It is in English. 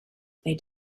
they